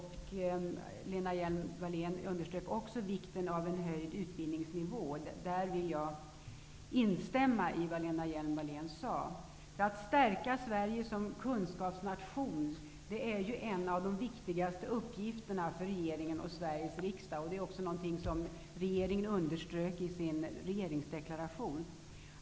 Hon underströk också vikten av en höjd utbildningsnivå. Jag vill instämma i vad Lena Hjelm-Walle n sade om det. Uppgiften att stärka Sverige som kunskapsnation är en av de viktigaste för regeringen och Sveriges riksdag. Detta underströk regeringen i sin regeringsdeklaration.